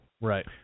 Right